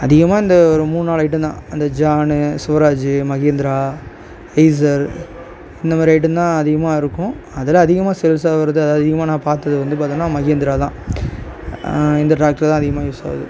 அதிகமாக இந்த ஒரு மூண் நால் ஐட்டம் தான் அந்த ஜான் சூராஜு மஹேந்திரா ஈஸர் இந்த மாதிரி ஐட்டம் தான் அதிகமாக இருக்கும் அதோட அதிகமாக சேல்ஸ் ஆவுறது அதாவது அதிகமாக நான் பார்த்தது வந்து பார்த்தோம்னா மஹேந்திரா தான் இந்த ட்ராக்டர் தான் அதிகமாக யூஸ் ஆவுது